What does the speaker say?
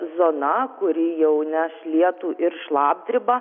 zona kuri jau neš lietų ir šlapdribą